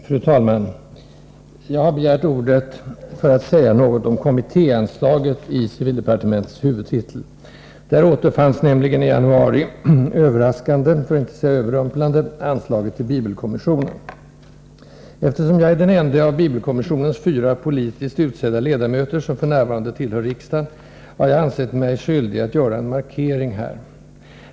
Fru talman! Jag har begärt ordet för att säga något om kommittéanslaget i civildepartementets huvudtitel. Där återfanns nämligen i januari överraskande — för att inte säga överrumplande — anslaget till bibelkommissionen. Eftersom jag är den ende av bibelkommissionens fyra ”politiskt” utsedda ledamöter som f. n. tillhör riksdagen, har jag ansett mig skyldig att göra en markering här.